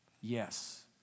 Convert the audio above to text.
yes